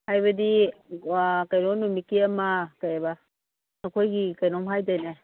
ꯍꯥꯏꯕꯗꯤ ꯀꯩꯅꯣ ꯅꯨꯃꯤꯠꯀꯤ ꯑꯃ ꯀꯔꯤ ꯍꯥꯏꯕ ꯑꯩꯈꯣꯏꯒꯤ ꯀꯔꯤꯅꯣꯃ ꯍꯥꯏꯗꯥꯏꯅꯦ